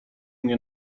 mnie